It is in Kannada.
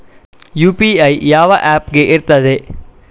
ಯು.ಪಿ.ಐ ಯಾವ ಯಾವ ಆಪ್ ಗೆ ಇರ್ತದೆ?